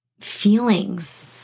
feelings